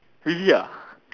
really ah